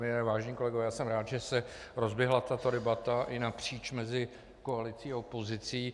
Pane premiére, vážení kolegové, jsem rád, že se rozběhla tato debata i napříč mezi koalicí a opozicí.